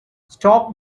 stop